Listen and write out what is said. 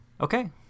okay